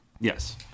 Yes